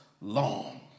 long